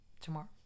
tomorrow